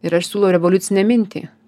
ir aš siūlau revoliucinę mintį